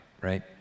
right